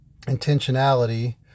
intentionality